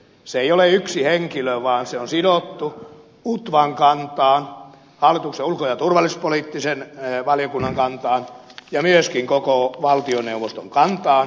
se ei ole yksi henkilö vaan se on sidottu utvan kantaan hallituksen ulko ja turvallisuuspoliittisen valiokunnan kantaan ja myöskin koko valtioneuvoston kantaan